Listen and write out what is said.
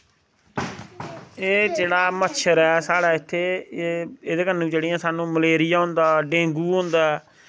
एह् जेह्ड़ा मच्छर ऐ साढ़े इत्थै एह्दे कन्नै जेह्ड़ा स्हानू मलेरियां होंदा डेंगू होंदा ऐ